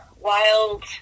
wild